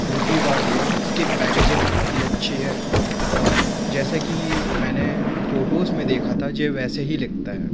दूसरी बात ये इस की पैकेजिंग बहुत ही अच्छी है और जैसा कि मैंने फ़ोटोज़ में देखा था ये वैसा ही दिखता है